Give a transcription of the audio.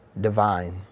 divine